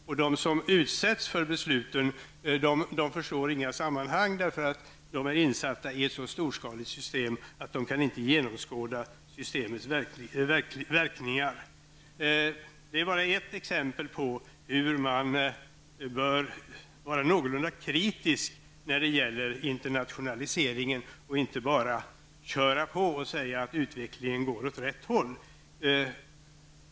Och de som utsätts för besluten förstår inte några sammanhang eftersom de är insatta i ett storskaligt system, där de inte själva kan genomskåda systemets verkningar. Det är bara ett exempel på hur man bör vara någorlunda kritisk när det gäller internationaliseringen och inte bara köra på och säga att utvecklingen går åt rätt håll.